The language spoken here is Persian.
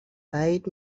بعید